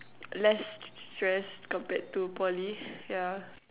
less stress compared to Poly yeah